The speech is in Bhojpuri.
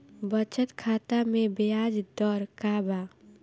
बचत खाता मे ब्याज दर का बा?